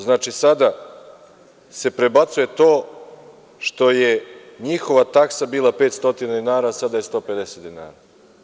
Znači, sada se prebacuje to što je njihova taksa bila 500 dinara, a sada je 150 dinara.